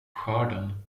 skörden